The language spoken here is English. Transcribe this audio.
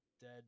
dead